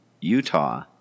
Utah